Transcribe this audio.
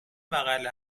بغل